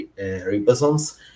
ribosomes